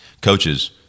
Coaches